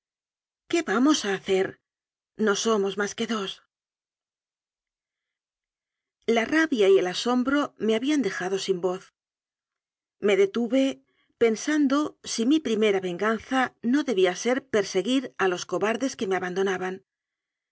qué vamos a hacer no somos más que dos la rabia y el asombro me habían dejado sin voz me detuve pensando si mi primera ven ganza no debía ser perseguir a los cobardes que me abandonaban